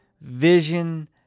Vision